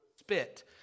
spit